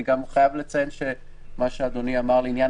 אני גם חייב לציין שמה שאדוני אמר לעניין